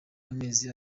amezi